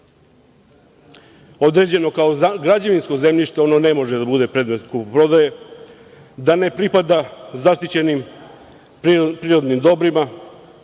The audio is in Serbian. određeno kao građevinsko zemljište ono ne može da bude predmet kupoprodaje, da ne pripada zaštićenim prirodnim dobrima,